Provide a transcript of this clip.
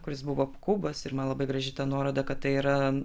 kuris buvo kubas ir man labai graži ta nuoroda kad tai yra